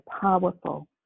powerful